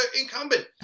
incumbent